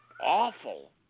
awful